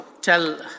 tell